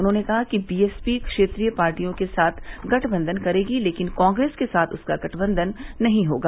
उन्होंने कहा कि बीएसपी क्षेत्रीय पार्टियों के साथ गठबंघन करेगी लेकिन कांग्रेस के साथ उसका गठबंघन नहीं होगा